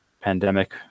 pandemic